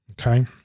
Okay